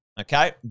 Okay